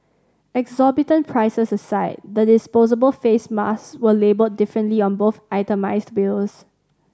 exorbitant prices aside the disposable face masks were labelled differently on both itemised bills